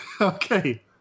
Okay